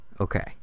Okay